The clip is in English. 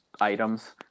items